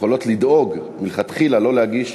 יכולות לדאוג מלכתחילה לא להגיש